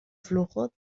flujo